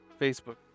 Facebook